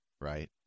right